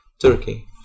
Turkey